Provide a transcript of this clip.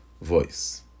voice